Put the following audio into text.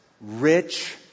rich